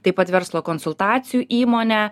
taip pat verslo konsultacijų įmonę